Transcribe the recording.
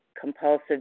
compulsive